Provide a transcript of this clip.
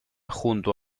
junto